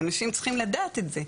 ואנשים צריכים לדעת את זה,